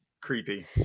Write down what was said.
creepy